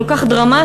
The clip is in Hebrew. כל כך דרמטיים.